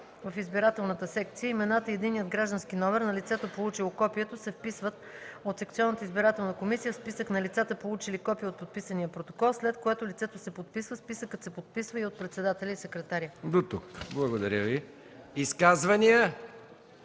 в избирателната секция. Имената и единният граждански номер на лицето, получило копието, се вписват от секционната избирателна комисия в списък на лицата, получили копие от подписания протокол, след което лицето се подписва. Списъкът се подписва и от председателя и секретаря.” ПРЕДСЕДАТЕЛ МИХАИЛ МИКОВ: Благодаря Ви. Изказвания?